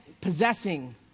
possessing